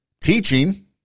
teaching